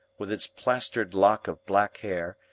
with its plastered lock of black hair,